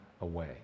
away